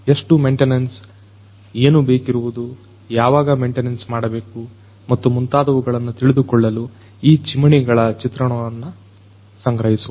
ಎಷ್ಟು ಮೆಂಟೇನೆನ್ಸ್ ಏನು ಬೇಕಿರುವುದು ಯಾವಾಗ ಮೆಂಟೇನೆನ್ಸ್ ಮಾಡಬೇಕು ಮತ್ತು ಮುಂತಾದವುಗಳನ್ನು ತಿಳಿದುಕೊಳ್ಳಲು ಈ ಚಿಮಣಿಗಳ ಚಿತ್ರಣಗಳನ್ನು ಸಂಗ್ರಹಿಸುವುದು